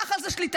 קח על זה שליטה,